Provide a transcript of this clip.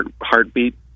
heartbeat